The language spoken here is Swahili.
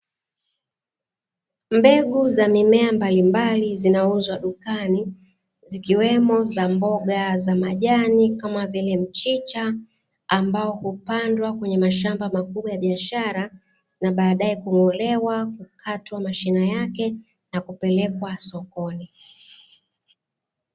Mbegu za mimea mbalimbali zinauzwa dukani, zikiwemo za mboga za majani kama vile mchicha ambao hupandwa kwenye mashamba makubwa ya biashara, na baadaye kung'olewa kukatwa mashine yake na kupelekwa sokoni.